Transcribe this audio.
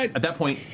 at that point,